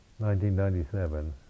1997